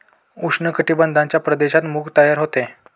उष्ण कटिबंधाच्या प्रदेशात मूग तयार होते